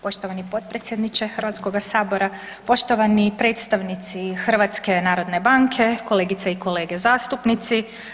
Poštovani potpredsjedniče Hrvatskoga sabora, poštovani predstavnici HNB-a, kolegice i kolege zastupnici.